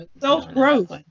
Self-growth